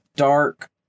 dark